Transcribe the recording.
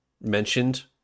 mentioned